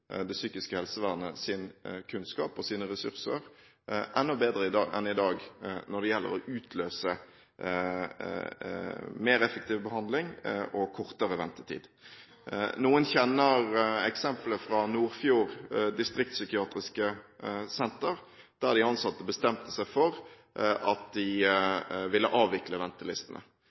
det psykiske helsevernet enda bedre enn i dag når det gjelder å utløse mer effektiv behandling og kortere ventetid. Noen kjenner eksemplet fra Nordfjord distriktpsykiatriske senter der de ansatte bestemte seg for at de ville avvikle